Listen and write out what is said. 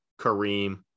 Kareem